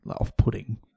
off-putting